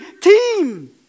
team